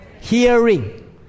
Hearing